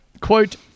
Quote